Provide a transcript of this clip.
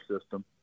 system